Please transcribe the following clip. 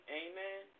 amen